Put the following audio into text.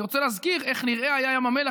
אני רוצה להזכיר איך נראה ים המלח,